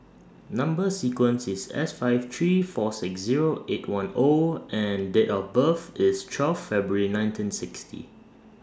Number sequence IS S five three four six Zero eight one O and Date of birth IS twelve February nineteen sixty